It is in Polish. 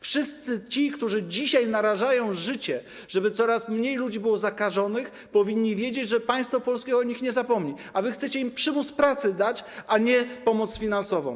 Wszyscy ci, którzy dzisiaj narażają życie, żeby coraz mniej ludzi było zakażonych, powinni wiedzieć, że polskie państwo o nich nie zapomni, a wy chcecie im dać przymus pracy, a nie pomoc finansową.